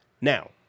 Now